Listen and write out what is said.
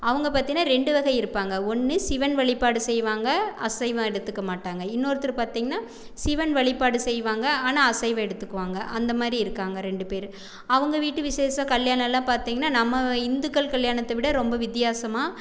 அவங்க பார்த்தின்னா ரெண்டு வகை இருப்பாங்க ஒன்று சிவன் வழிபாடு செய்வாங்க அசைவம் எடுத்துக்க மாட்டாங்க இன்னொருத்தர் பார்த்திங்னா சிவன் வழிபாடு செய்வாங்க ஆனால் அசைவம் எடுத்துக்குவாங்க அந்த மாதிரி இருக்காங்க ரெண்டு பேர் அவங்க வீட்டு விசேஷம் கல்யாணமெல்லாம் பார்த்திங்கனா நம்ம இந்துக்கள் கல்யாணத்தை விட ரொம்ப வித்தியாசமாக